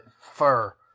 fur